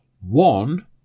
One